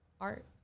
art